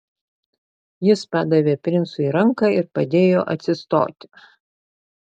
jis padavė princui ranką ir padėjo atsistoti